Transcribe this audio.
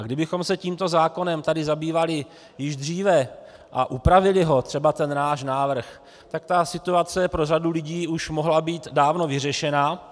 Kdybychom se tímto zákonem tady zabývali již dříve a upravili ho, třeba ten náš návrh, tak ta situace pro řadu lidí mohla už dávno být vyřešena.